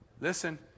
Listen